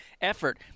effort